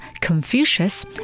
Confucius